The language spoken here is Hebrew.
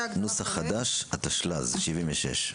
נוסח חדש, התשל"ז-1976.